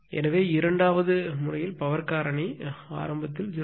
எனவே இரண்டாவது வழக்கில் பவர் காரணி ஆரம்பமானது 0